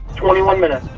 twenty one minutes.